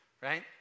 right